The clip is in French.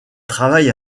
travaille